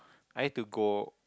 I need to go